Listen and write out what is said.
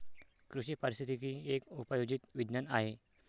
कृषी पारिस्थितिकी एक उपयोजित विज्ञान आहे